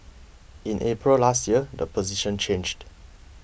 in April last year the position changed